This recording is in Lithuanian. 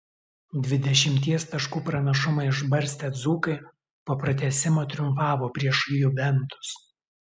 dvidešimties taškų pranašumą išbarstę dzūkai po pratęsimo triumfavo prieš juventus